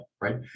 right